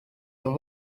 than